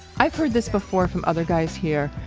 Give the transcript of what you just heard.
i've heard this before from other guys here.